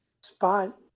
spot